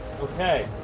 Okay